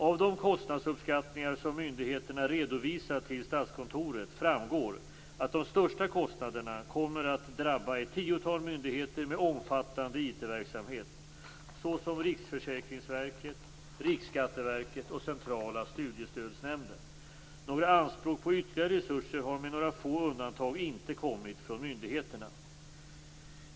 Av de kostnadsuppskattningar som myndigheterna redovisat till Statskontoret framgår att de största kostnaderna kommer att drabba ett tiotal myndigheter med omfattande IT-verksamhet såsom Riksförsäkringsverket, Riksskatteverket och Centrala studiestödsnämnden. Några anspråk på ytterligare resurser har med några få undantag inte kommit från myndigheterna.